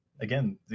again